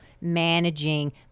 managing